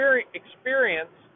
experience